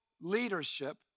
leadership